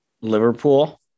Liverpool